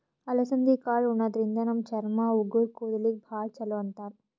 ಅಲಸಂದಿ ಕಾಳ್ ಉಣಾದ್ರಿನ್ದ ನಮ್ ಚರ್ಮ, ಉಗುರ್, ಕೂದಲಿಗ್ ಭಾಳ್ ಛಲೋ ಅಂತಾರ್